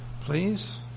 please